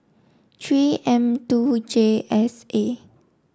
three M two J S A